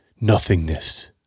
nothingness